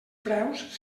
preus